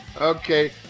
Okay